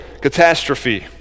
catastrophe